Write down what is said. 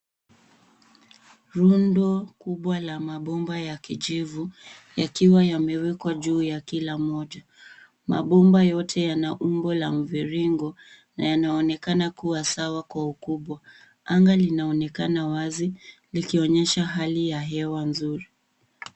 Rundo kubwa la mabomba ya kijivu yakiwa yamewekwa juu ya kila mmoja. Mabomba yote yana umbo la mviringo na yanaonekana kuwa sawa kwa ukubwa. Anga linaonekana wazi likionyesha hali ya hewa nzuri.